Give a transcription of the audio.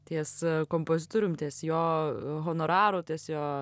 ties kompozitorium ties jo honoraru ties jo